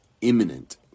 imminent